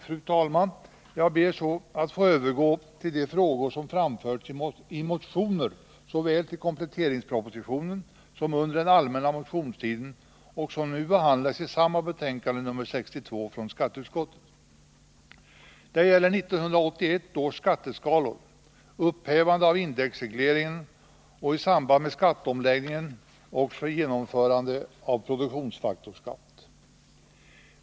Fru talman! Jag ber så att få övergå till de frågor som framförts i motioner väckta såväl med anledning av kompletteringspropositionen som under den allmänna motionstiden och som nu behandlas i samma betänkande, nr 62, från skatteutskottet. Det gäller 1981 års skatteskalor, upphävande av indexregleringen och i samband med skatteomläggningarna också genomförandet av en produktionsfaktorsskatt.